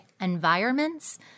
environments